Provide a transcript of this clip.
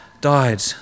Died